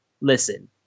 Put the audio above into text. Listen